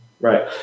Right